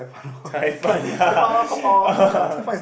cai fan ya